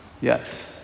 Yes